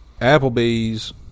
Applebee's